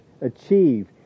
achieve